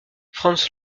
franz